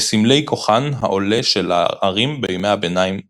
כסמלי כוחן העולה של הערים בימי הביניים הגותיים.